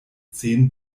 zehn